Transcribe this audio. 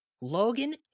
Logan